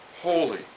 Holy